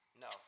no